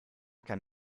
kann